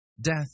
Death